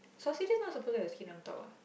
sausages not supposed have skin on top ah